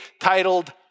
titled